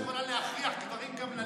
מזל שאת לא יכולה גם להכריח גברים ללדת.